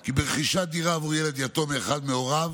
כי ברכישת דירה עבור ילד יתום מאחד מהוריו